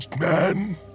Man